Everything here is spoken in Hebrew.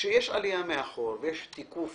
כאשר יש עלייה מאחור ויש מכונות תיקוף